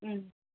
उम